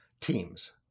Teams